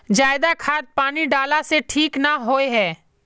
ज्यादा खाद पानी डाला से ठीक ना होए है?